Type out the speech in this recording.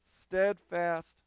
steadfast